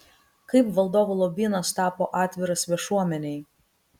kaip valdovų lobynas tapo atviras viešuomenei